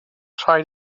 rhaid